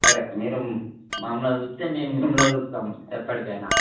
సరే మీరు మమ్మల్ని చూస్తే మేము మిమల్ని చూస్తాం ఎప్పటికైనా